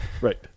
right